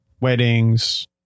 weddings